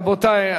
רבותי,